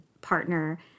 partner